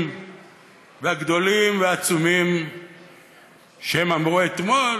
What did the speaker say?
והגדולים והעצומים שהם אמרו אתמול,